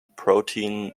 protein